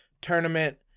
tournament